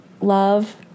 love